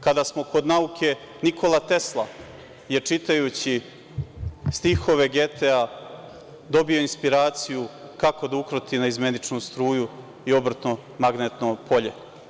Kada smo kod nauke, Nikola Tesla je čitajući stihove Getea dobio inspiraciju kako da ukroti naizmeničnu struju i obrtno magnetno polje.